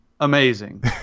Amazing